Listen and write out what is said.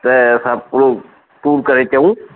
त असां पूरो टूर करे अचूं